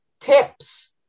tips